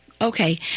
Okay